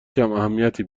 کماهمیتی